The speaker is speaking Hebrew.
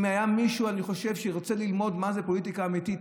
אני חושב שאם היה מישהו שרוצה ללמוד מה זו פוליטיקה אמיתית,